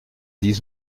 dix